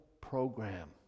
program